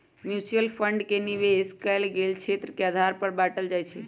mutual fund के निवेश कएल गेल क्षेत्र के आधार पर बाटल जाइ छइ